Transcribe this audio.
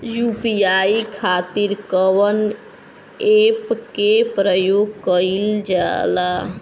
UPI खातीर कवन ऐपके प्रयोग कइलजाला?